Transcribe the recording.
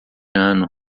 ano